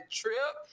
trip